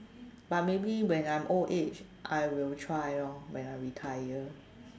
but maybe when I'm old aged I will try lor when I retire